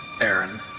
Aaron